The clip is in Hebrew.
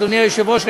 אדוני היושב-ראש,